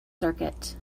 circuit